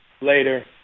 later